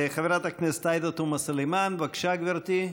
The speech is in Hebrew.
חברת הכנסת עאידה תומא סלימאן, בבקשה גברתי.